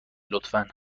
لطفا